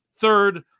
Third